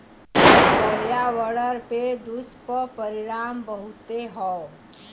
पर्यावरण पे दुष्परिणाम बहुते हौ